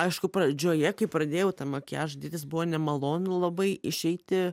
aišku pradžioje kai pradėjau tą makiažą darytis buvo nemalonu labai išeiti